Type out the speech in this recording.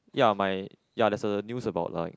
ya my ya there's a news about like